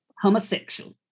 Homosexual